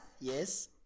Yes